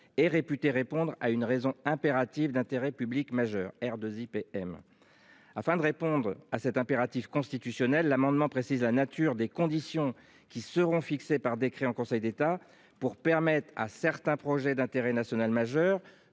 est réputé répondre à une raison impérative d'intérêt public majeur R 2 IPM. Afin de répondre à cet impératif constitutionnel. L'amendement précise la nature des conditions qui seront fixées par décret en Conseil d'État pour permettre à certains projets d'intérêt national majeur